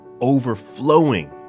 overflowing